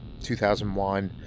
2001